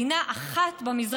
ממיכל למיכל כוחנו עולה,